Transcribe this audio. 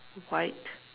white